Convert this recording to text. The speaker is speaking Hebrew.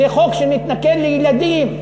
זה חוק שמתנכל לילדים.